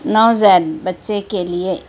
نوزائید بچّے کے لیے